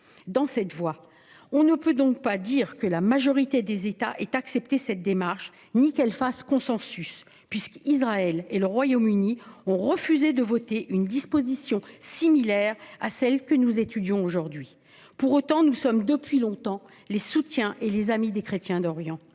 dans cette voie. On ne peut donc pas dire que la majorité des États ait accepté cette démarche ni qu'elle fasse consensus, puisque Israël et le Royaume-Uni ont refusé de voter une disposition similaire à celle que nous examinons aujourd'hui. Néanmoins, nous sommes depuis longtemps les soutiens et les amis des chrétiens d'Orient.